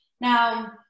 Now